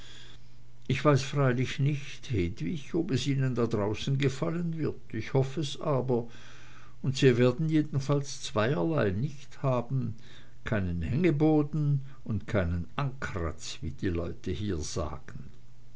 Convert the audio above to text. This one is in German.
ich weiß freilich nicht hedwig ob es ihnen da draußen gefallen wird ich hoff es aber und sie werden jedenfalls zweierlei nicht haben keinen hängeboden und keinen ankratz wie die leute hier sagen